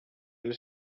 del